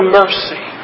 mercy